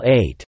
eight